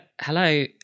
hello